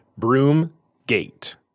Broomgate